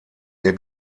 ihr